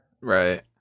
Right